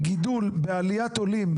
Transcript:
מגיע עולה,